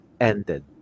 ended